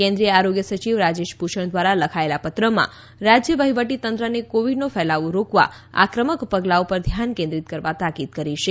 કેન્દ્રીય આરોગ્ય સચિવ રાજેશ ભૂષણ દ્વારા લખાયેલા પત્રમાં રાજ્ય વહીવટીતંત્રને કોવીડનો ફેલાવો રોકવા આક્રમક પગલાઓ પર ધ્યાન કેન્દ્રિત કરવા તાકીદ કરી છે